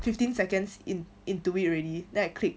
fifteen seconds in into it already then I click